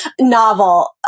novel